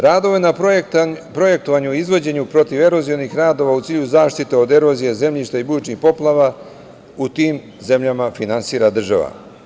Radove na projektovanju, izvođenju protiv erozirnih radova u cilju zaštite od erozije zemljišta i bujičnih poplava u tim zemljama finansira država.